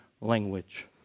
language